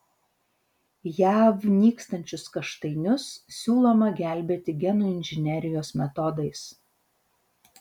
jav nykstančius kaštainius siūloma gelbėti genų inžinerijos metodais